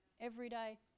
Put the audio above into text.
everyday